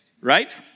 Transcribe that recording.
Right